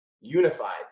unified